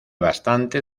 bastante